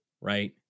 Right